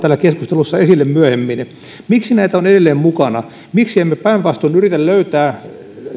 täällä keskustelussa esille myöhemmin miksi näitä on edelleen mukana miksi emme päinvastoin yritä löytää